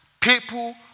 people